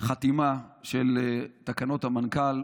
חתימה של תקנות המנכ"ל,